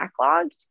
backlogged